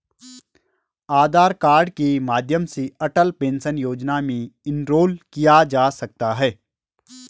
आधार card के माध्यम से अटल पेंशन योजना में इनरोल किया जा सकता है